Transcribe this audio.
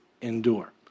endure